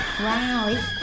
Wow